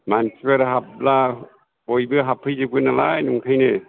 मानसिफोर हाबोब्ला बयबो हाबफै जोबोनालाय नंखायनो